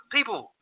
People